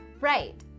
Right